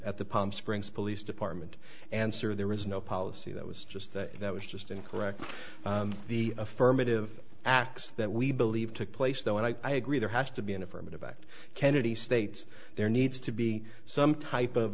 at the palm springs police department answer there was no policy that was just that that was just incorrect the affirmative acts that we believe took place though and i agree there has to be an affirmative act kennedy states there needs to be some type of